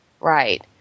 right